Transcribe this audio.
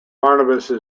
barnabas